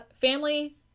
Family